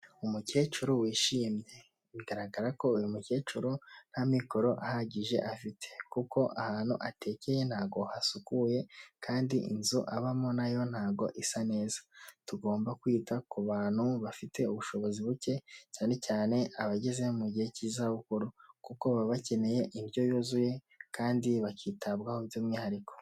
Umukecuru wishimye, bigaragara ko uyu mukecuru nta mikoro ahagije afite, kuko ahantu atekeye ntago hasukuye kandi inzu abamo nayo ntago isa neza; tugomba kwita ku bantu bafite ubushobozi buke, cyane cyane abageze mu gihe cy'izabukuru kuko baba bakeneye indyo yuzuye kandi bakitabwaho by'umwihariko.